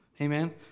Amen